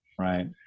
right